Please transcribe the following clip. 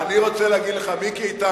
מיקי איתן,